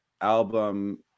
album